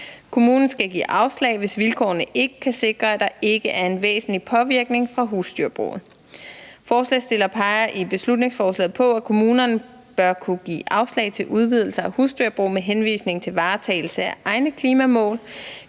Kommunen skal give afslag, hvis vilkårene ikke kan sikre, at der ikke er en væsentlig påvirkning fra husdyrbruget. Forslagsstillerne peger i beslutningsforslaget på, at kommunerne bør kunne give afslag til udvidelser af husdyrbrug med henvisning til varetagelse af egne klimamål.